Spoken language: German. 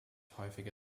häufige